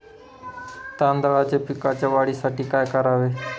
तांदळाच्या पिकाच्या वाढीसाठी काय करावे?